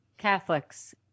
Catholics